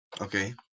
Okay